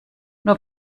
nur